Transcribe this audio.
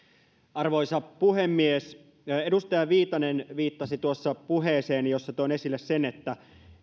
arvoisa puhemies edustaja viitanen viittasi tuossa puheeseen jossa toin esille sen että